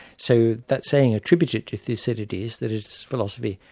so that saying attributed to thucydides that it's philosophy,